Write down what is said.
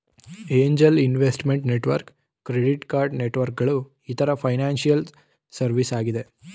angel investment network, credit card networks ಗಳು ಇತರ financial service ಆಗಿದೆ